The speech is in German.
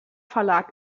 verlag